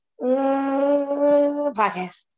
Podcast